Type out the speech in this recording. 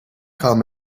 kam